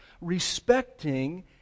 respecting